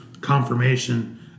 Confirmation